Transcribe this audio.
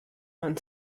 man